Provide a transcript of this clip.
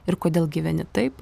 ir kodėl gyveni taip